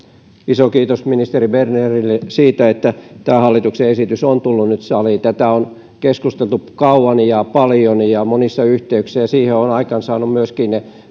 iso kiitos ministeri bernerille siitä että tämä hallituksen esitys on tullut nyt saliin tästä on keskusteltu kauan ja paljon ja monissa yhteyksissä ja sen ovat aikaansaaneet myöskin